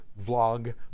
vlog